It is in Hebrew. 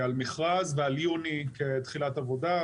ועל יוני כתחילת עבודה.